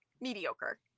Mediocre